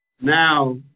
now